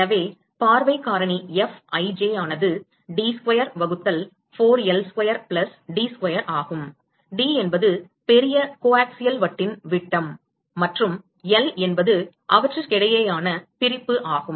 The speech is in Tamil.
எனவே பார்வைக் காரணி Fij ஆனது D ஸ்கொயர் வகுத்தல் 4 L square plus D square ஆகும் D என்பது பெரிய கோஆக்சியல் வட்டின் விட்டம் மற்றும் L என்பது அவற்றுக்கிடையேயான பிரிப்பு ஆகும்